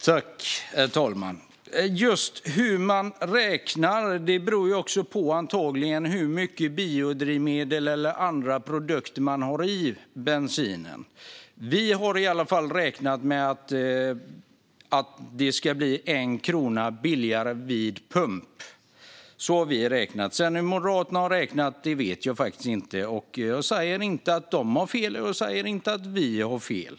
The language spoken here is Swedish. Herr talman! När det gäller hur man räknar beror det antagligen på hur mycket biodrivmedel eller andra produkter som man har i bensinen. Vi har i alla fall räknat med att det ska bli 1 krona billigare vid pump. Så har vi räknat. Hur Moderaterna har räknat vet jag faktiskt inte. Jag säger inte att de har fel, och jag säger inte att vi har fel.